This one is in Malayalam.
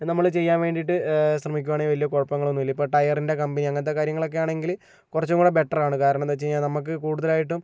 നമ്മള് ചെയ്യാൻ വേണ്ടിയിട്ട് ശ്രമിക്കുവാണേൽ വലിയ കുഴപ്പങ്ങളൊന്നുമില്ല ഇപ്പോൾ ടയറിൻ്റെ കമ്പനി അങ്ങനത്തെ കാര്യങ്ങളൊക്കെയാണെങ്കിൽ കുറച്ചും കൂടെ ബെറ്ററാണ് കാരണം എന്താണെന്ന് വെച്ച് കഴിഞ്ഞാൽ നമുക്ക് കൂടുതലായിട്ടും